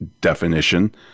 definition